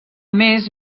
més